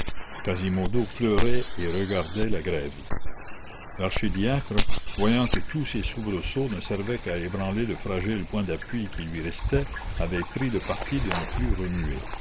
quasimodo pleurait et regardait la grève l'archidiacre voyant que tous ses soubresauts ne servaient qu'à ébranler le fragile point d'appui qui lui restait avait pris le parti de ne plus remuer